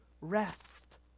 rest